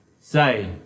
say